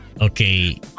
Okay